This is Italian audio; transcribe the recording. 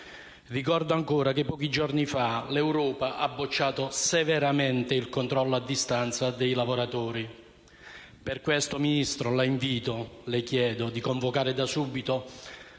Ricordo ancora che pochi giorni fa l'Europa ha bocciato severamente il controllo a distanza dei lavoratori. Per questo, signor Ministro, la invito e le chiedo di convocare da subito